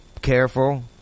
careful